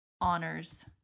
honors